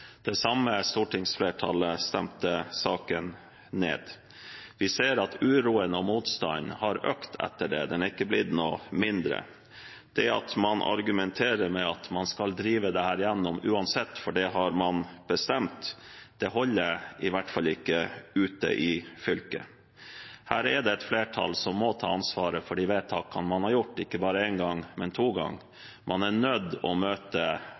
Det samme stortingsflertallet stemte saken ned. Vi ser at uroen og motstanden har økt etter det. Den er ikke blitt noe mindre. Det at man argumenterer med at man skal drive dette igjennom uansett, for det har man bestemt, holder i hvert fall ikke ute i fylket. Her er det et flertall som må ta ansvaret for de vedtakene man har gjort, ikke bare én gang, men to ganger. Man er nødt til å møte